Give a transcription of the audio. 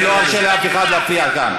אני לא ארשה לאף אחד להפריע כאן.